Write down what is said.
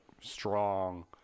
strong